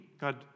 God